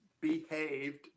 behaved